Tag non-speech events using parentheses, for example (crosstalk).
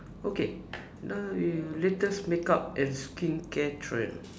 okay (noise) now err latest makeup and skincare trend